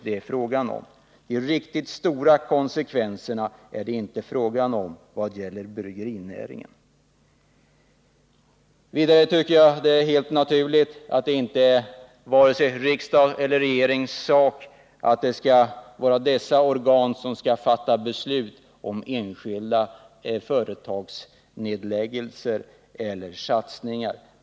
När det gäller bryggerinäringen är det inte fråga om de riktigt stora konsekvenserna. Vidare tycker jag att det är helt naturligt att det inte är vare sig riksdagens eller regeringens sak att fatta beslut om enskilda företags nedläggningar eller satsningar.